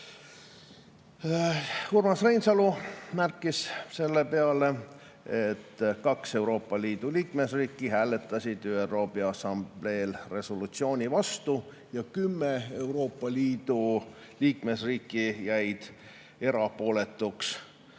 Urmas Reinsalu märkis selle peale, et 2 Euroopa Liidu liikmesriiki hääletasid ÜRO Peaassambleel resolutsiooni vastu, 10 Euroopa Liidu liikmesriiki jäid erapooletuks,